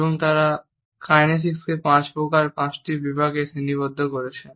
এবং তারা কাইনেসিক্সকে পাঁচ প্রকার বা পাঁচটি বিভাগে শ্রেণীবদ্ধ করেছেন